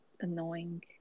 annoying